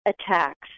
attacks